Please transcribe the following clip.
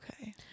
Okay